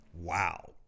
Wow